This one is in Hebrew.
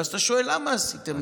ואז אתה שואל: למה עשיתם את זה?